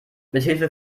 mithilfe